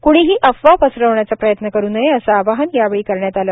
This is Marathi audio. कुणीही अफवा पसरविण्याचा प्रयत्न करू नये असे आवाहन यावेळी करण्यात आले